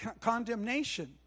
condemnation